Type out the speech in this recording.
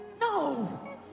No